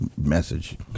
message